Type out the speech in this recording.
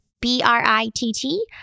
B-R-I-T-T